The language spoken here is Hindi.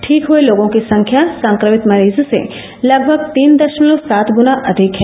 ठीक हए लोगों की संख्या संक्रमित मरीजों से लगभग तीन दशमलव सात गुना अधिक है